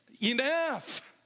Enough